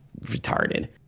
retarded